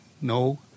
no